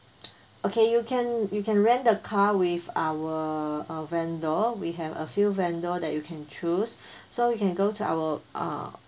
okay you can you can rent the car with our uh vendor we have a few vendor that you can choose so you can go to our ah